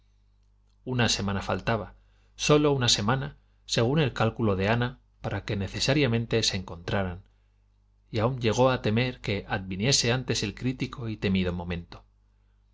una semana faltaba sólo una semana según el cálcui lo de ana para que necesariamente se encontraran y aun llegó a temer que adviniese antes el crítico y temido momento